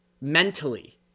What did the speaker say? mentally